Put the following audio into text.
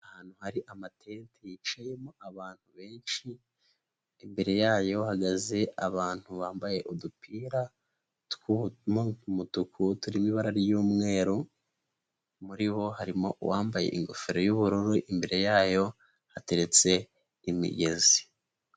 Ahantu hari amatente yicayemo abantu benshi, imbere yayo hahagaze abantu bambaye udupira tw'umutuku turimo ibara ry'umweru, muri bo harimo uwambaye ingofero y'ubururu, imbere yayo hateretse imigezi.